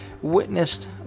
Witnessed